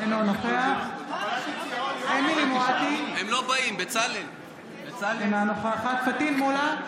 אינו נוכח אמילי חיה מואטי, אינה נוכחת פטין מולא,